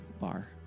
bar